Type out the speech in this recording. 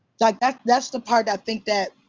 like that's that's the part, i think, that.